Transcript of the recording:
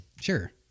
Sure